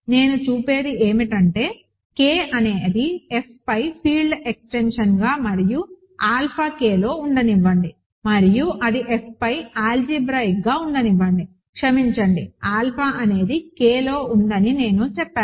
నేను చూపేది ఏమిటంటే K అనేది Fపై ఫీల్డ్ ఎక్స్టెన్షన్గా మరియు ఆల్ఫా K లో ఉండనివ్వండి మరియు అది F మీద ఆల్జీబ్రాయిక్ గా ఉండనివ్వండి క్షమించండి ఆల్ఫా అనేది K లో ఉందని నేను చెప్పాను